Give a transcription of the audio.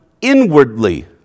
inwardly